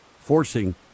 forcing